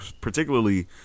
particularly